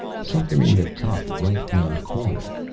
something in the top right-hand corner.